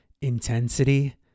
intensity